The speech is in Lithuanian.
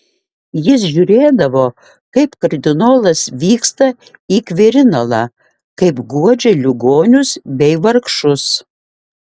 jis žiūrėdavo kaip kardinolas vyksta į kvirinalą kaip guodžia ligonius bei vargšus